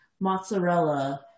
mozzarella